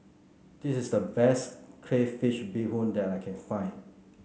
this is the best Crayfish Beehoon that I can find